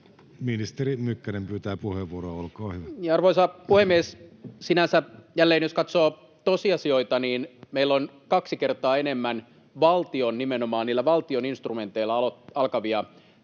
Ministeri Mykkänen pyytää puheenvuoroa. Olkaa hyvä. Arvoisa puhemies! Sinänsä jälleen, jos katsoo tosiasioita, meillä on kaksi kertaa enemmän nimenomaan niillä valtion instrumenteilla alkavia